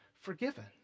forgiven